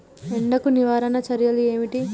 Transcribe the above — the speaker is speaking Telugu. ఎండకు నివారణ చర్యలు ఏమిటి?